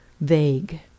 vague